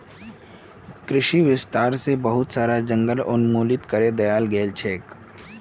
कृषि विस्तार स बहुत सारा जंगल उन्मूलित करे दयाल गेल छेक